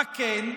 מה כן?